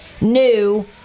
new